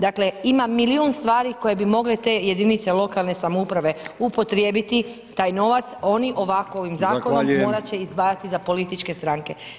Dakle, ima milijun stvari koje bi mogle te jedinice lokalne samouprave upotrijebiti taj novac, oni ovako [[Upadica: Zahvaljujem]] ovim zakonom morat će izdvajati za političke stranke.